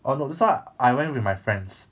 orh no this [one] I went with my friends